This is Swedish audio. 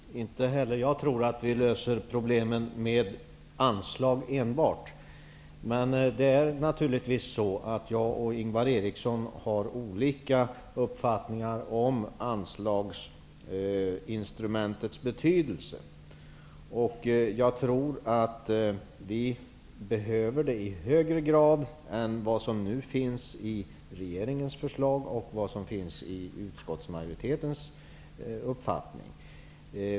Fru talman! Inte heller jag tror att vi löser problemen med enbart anslag. Men jag och Ingvar Eriksson har olika uppfattning om anslagsinstrumentets betydelse. Jag tror att vi behöver det i högre grad än vad som förutsätts i regeringens förslag och i utskottsmajoritetens uppfattning.